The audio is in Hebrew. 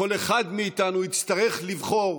כל אחד מאיתנו יצטרך לבחור